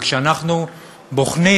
וכשאנחנו בוחנים